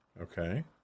Okay